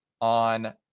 on